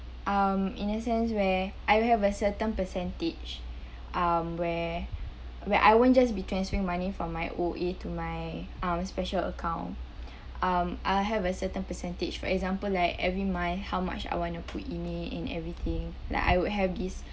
um in a sense where I will have a certain percentage um where where I won't just be transferring money from my O_A to my uh special account um I have a certain percentage for example like every month how much I want to put in it and everything like I would have this